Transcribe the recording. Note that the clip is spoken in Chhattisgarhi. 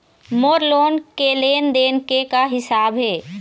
मोर लोन के लेन देन के का हिसाब हे?